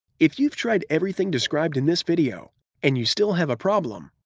if you've tried everything described in this video and you still have a problem,